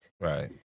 right